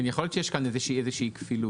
יכול להיות שיש כאן איזושהי כפילות.